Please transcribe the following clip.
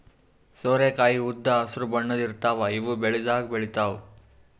ಸೋರೆಕಾಯಿ ಉದ್ದ್ ಹಸ್ರ್ ಬಣ್ಣದ್ ಇರ್ತಾವ ಇವ್ ಬೆಳಿದಾಗ್ ಬೆಳಿತಾವ್